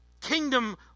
Kingdom